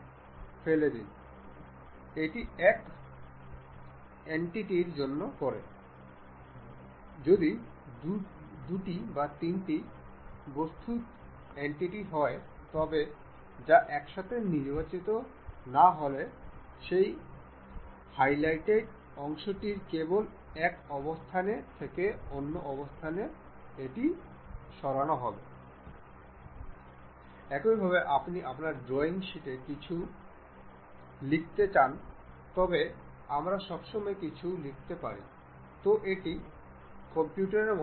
এখন এই অন্য বিকল্পটি যা এটি দাবি করে তা হল আমরা এই স্ক্রুটি শক্ত করার জন্য প্রতি মিনিটে বিপ্লব সেট করতে পারি বা আমরা প্রতি বিপ্লবে এই দূরত্বটি প্রবেশ করতে পারি